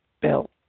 Bill